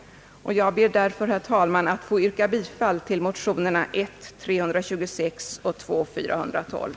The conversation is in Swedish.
Jag ber därför, herr talman, att få yrka bifall till motionerna I:326 och II: 412.